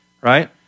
right